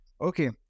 Okay